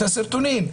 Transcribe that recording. את הסרטונים,